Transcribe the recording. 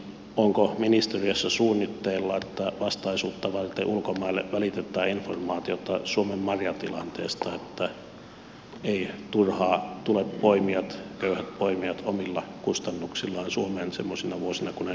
onko ministeriössä suunnitteilla että vastaisuutta varten ulkomaille välitetään informaatiota suomen marjatilanteesta että eivät turhaan tule poimijat köyhät poimijat omilla kustannuksillaan suomeen semmoisina vuosina kun ei marjoja ole